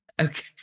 okay